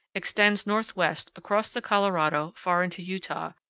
extends northwestward across the colorado far into utah,